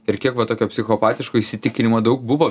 ir kiek va tokio psichopatiško įsitikinimo daug buvo